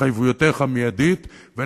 אז אני אומר, א.